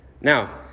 Now